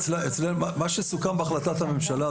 מה שסוכם בהחלטת הממשלה,